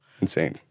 Insane